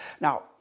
Now